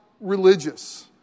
religious